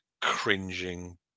cringing